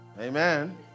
Amen